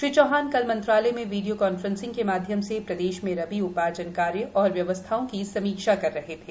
श्री चौहान कल मंत्रालय में वीडियो कॉन्फ्रेंसिंग के माध्यम से प्रदेश में रबी उपार्जन कार्य एवं व्यवस्थाओं की समीक्षा कर रहे थे